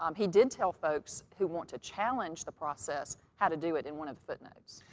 um he did tell folks who want to challenge the process how to do it in one of the footnotes.